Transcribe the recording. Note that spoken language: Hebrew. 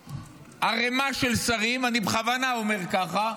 ערימה של שרים, אני בכוונה אומר ככה,